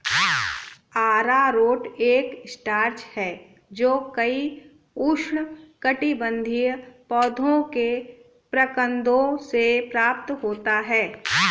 अरारोट एक स्टार्च है जो कई उष्णकटिबंधीय पौधों के प्रकंदों से प्राप्त होता है